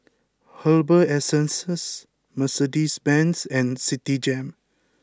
Herbal Essences Mercedes Benz and Citigem